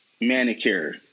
manicure